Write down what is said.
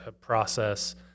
process